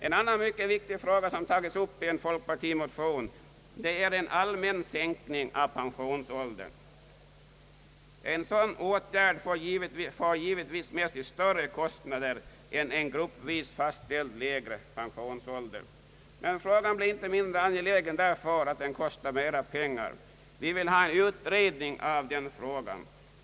En annan mycket viktig fråga som tagits upp i en folkpartimotion gäller en allmän sänkning av pensionsåldern. En sådan åtgärd för givetvis med sig större kostnader än en gruppvis fastställd lägre pensionsålder. Men frågan blir inte mindre angelägen därför att den kostar mer pengar. Vi vill ha en utredning av den frågan.